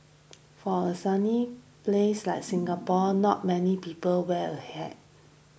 for a sunny place like Singapore not many people wear a hat